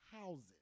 houses